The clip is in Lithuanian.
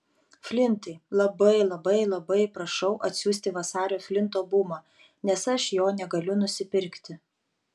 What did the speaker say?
flintai labai labai labai prašau atsiųsti vasario flinto bumą nes aš jo negaliu nusipirkti